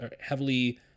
heavily